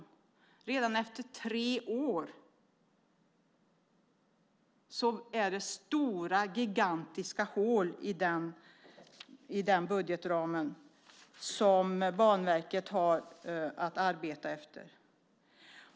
Men redan efter tre år är det stora, gigantiska, hål i den budgetramen, som Banverket alltså har att arbeta efter.